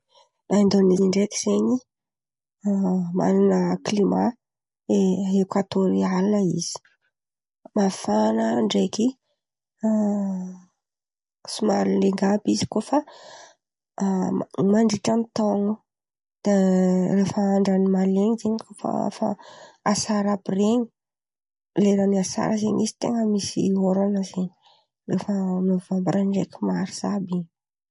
Aindônezia ndraiky zen̈y a manana klimà e- ekoatôriala izy, mafana ndraiky a somary lenga àby izy koa fa a mandritra ny taona. De rehefa andra ny malen̈y zen̈y fa fa asara àby ren̈y, leran’ny asara zen̈y izy ten̈a misy ôrana zen̈y, rehefa nôvambra ndraiky marsa àby in̈y.